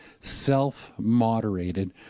self-moderated